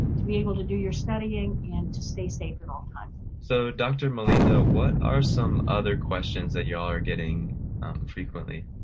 to be able to do your studying and to stay safe at all times. so, dr. molina, what are some other questions that you all are getting frequently?